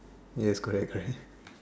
yes correct correct